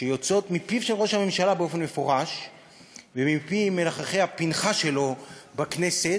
שיוצאות מפיו של ראש הממשלה באופן מפורש ומפי מלחכי הפנכה שלו בכנסת,